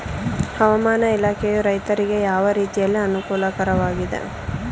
ಹವಾಮಾನ ಇಲಾಖೆಯು ರೈತರಿಗೆ ಯಾವ ರೀತಿಯಲ್ಲಿ ಅನುಕೂಲಕರವಾಗಿದೆ?